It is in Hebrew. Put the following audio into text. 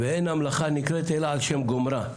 ואין המלאכה נקראת אלא על שם גומרה.